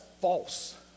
false